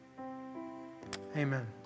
Amen